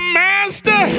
master